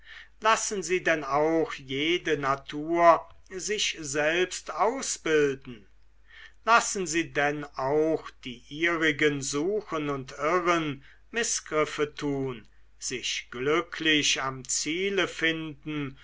lassen sie denn auch jede natur sich selbst ausbilden lassen sie denn auch die ihrigen suchen und irren mißgriffe tun sich glücklich am ziele finden